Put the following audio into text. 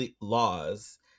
laws